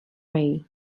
way